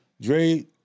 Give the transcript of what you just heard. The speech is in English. Dre